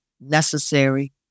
necessary